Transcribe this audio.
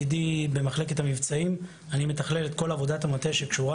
במחלקת המבצעים אני מתכלל את כל עבודת המטה שקשורה